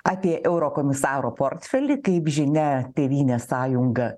apie eurokomisaro portfelį kaip žinia tėvynės sąjunga